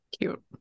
Cute